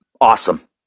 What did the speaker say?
awesome